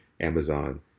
Amazon